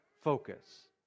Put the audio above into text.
focus